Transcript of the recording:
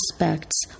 aspects